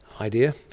idea